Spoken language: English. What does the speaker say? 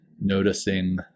noticing